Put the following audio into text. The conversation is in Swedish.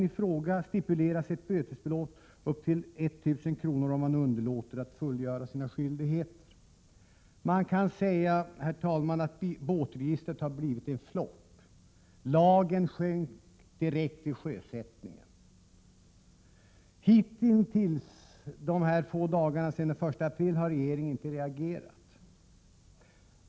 Man kan säga, herr talman, att båtregistret har blivit en flop. Lagen sjönk direkt vid sjösättningen. Hitintills — de få dagarna sedan den 1 april — har regeringen inte reagerat.